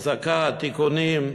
אחזקה, תיקונים,